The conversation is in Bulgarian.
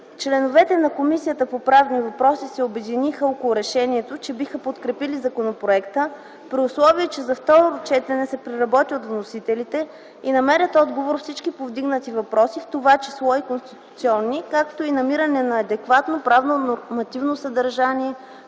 Членовете на Комисията по правни въпроси се обединиха около решението, че биха подкрепили законопроекта при условие, че за второ четене се преработи от вносителите и намерят отговор всички повдигнати въпроси, в това число и конституционни, както и намиране на адекватно правно-нормативно съдържание